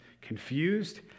confused